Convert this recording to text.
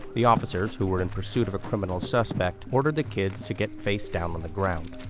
the officers, who were in pursuit of a criminal suspect, ordered the kids to get facedown on the ground.